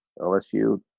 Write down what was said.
LSU